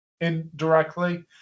indirectly